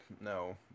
no